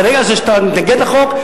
ברגע הזה שאתה מתנגד לחוק,